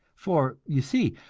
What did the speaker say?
for, you see,